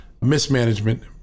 mismanagement